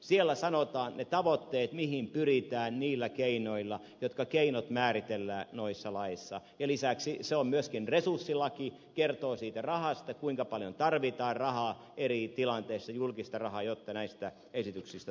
siellä sanotaan ne tavoitteet mihin pyritään niillä keinoilla jotka määritellään noissa laeissa ja lisäksi se on myöskin resurssilaki se kertoo siitä rahasta kuinka paljon tarvitaan julkista rahaa eri tilanteissa jotta näistä esityksistä tulee totta